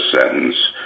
sentence